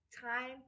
time